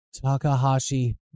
Takahashi